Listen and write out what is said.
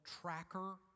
tracker